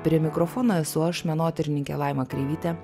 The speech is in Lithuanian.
prie mikrofono esu aš menotyrininkė laima kreivytė